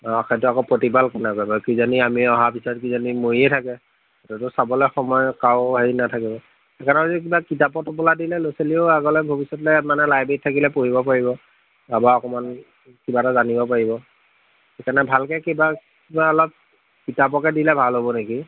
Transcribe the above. অঁ সেইটো আকৌ প্ৰতিপাল কোনে কৰিব কিজানি আমি অহা পিছত কিজানি মৰিয়ে থাকে সেইটো চাবলে সময় কাৰো হেৰি নাথাকে সেইকাৰণে ভাৱিছোঁ কিবা কিতাপৰ টোপোলা দিলে ল'ৰা ছোৱালীয়েও আগলে ভৱিষ্যতলে মানে লাইব্ৰেৰীত থাকিলে মানে পঢ়িব পাৰিব তাৰ পা অকণমান কিবা এটা জানিব পাৰিব সেইকাৰণে ভালকে কিবা কিবা অলপ কিতাপকে দিলে ভাল হ'ব নেকি